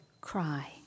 Cry